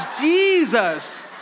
Jesus